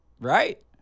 Right